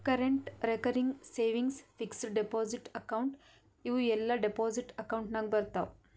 current, recurring, savings, fixed deposit account ಇವೂ ಎಲ್ಲಾ deposit account ನಾಗ್ ಬರ್ತಾವ್